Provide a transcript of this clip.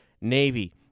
Navy